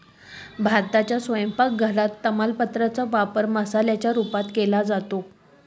भारताच्या स्वयंपाक घरात तमालपत्रा चा वापर मसाल्याच्या रूपात केला जातो